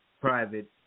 private